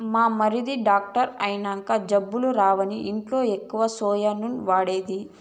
మా మరిది డాక్టర్ అయినంక జబ్బులు రావని ఇంట్ల ఎక్కువ సోయా నూనె వాడేది